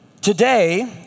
Today